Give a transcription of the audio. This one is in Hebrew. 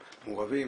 הם מעורבים,